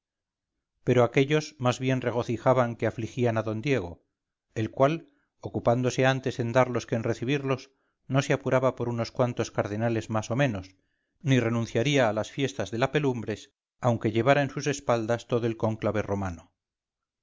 pero aquellos más bien regocijaban que afligían a d diego el cual ocupándose antes en darlos que en recibirlos no se apuraba por unos cuantos cardenales más omenos ni renunciaría a las fiestas de la pelumbres aunque llevara en sus espaldas todo el cónclave romano